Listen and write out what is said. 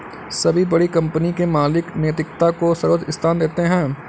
सभी बड़ी कंपनी के मालिक नैतिकता को सर्वोच्च स्थान देते हैं